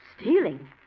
Stealing